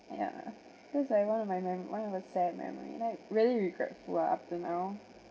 yeah that was like one of a sad memory like really regretful lah up to now